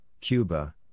Cuba